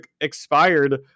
expired